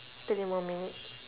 three more minute